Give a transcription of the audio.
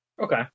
Okay